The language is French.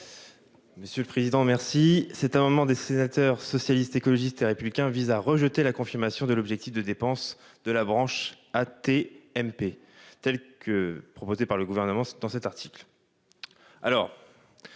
conneries »... Cet amendement des sénateurs du groupe Socialiste, Écologiste et Républicain vise à rejeter la confirmation de l'objectif de dépenses de la branche AT-MP telle que proposée par le Gouvernement dans cet article.